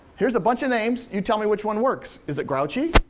here's a bunch of names, you tell me which one works. is it grouchy,